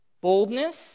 boldness